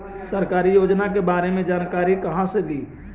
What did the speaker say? सरकारी योजना के बारे मे जानकारी कहा से ली?